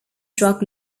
drug